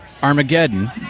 Armageddon